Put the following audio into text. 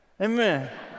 Amen